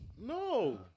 No